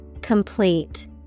Complete